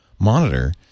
monitor